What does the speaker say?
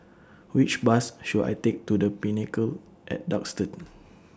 Which Bus should I Take to The Pinnacle At Duxton